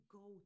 go